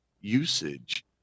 usage